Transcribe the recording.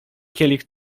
kielich